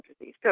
disease